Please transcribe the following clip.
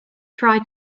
try